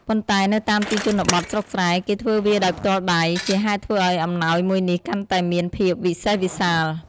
ប៉ុន្តែនៅតាមទីជនបទស្រុកស្រែ គេធ្វើវាដោយផ្ទាល់ដៃ ជាហេតុធ្វើឱ្យអំណោយមួយនេះកាន់តែមានភាពវិសេសវិសាល។